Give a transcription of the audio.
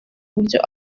uburyo